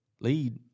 Lead